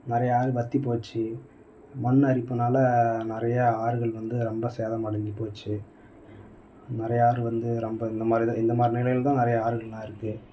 நிறைய ஆறு வற்றி போச்சு மண் அரிப்பினால நிறைய ஆறுகள் வந்து ரொம்ப சேதமடஞ்சு போச்சு நிறைய ஆறு வந்து ரொம்ப இந்த மாதிரி தான் இந்த மாதிரி நிலையில் தான் நிறைய ஆறுகள்லாம் இருக்குது